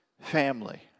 family